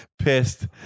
pissed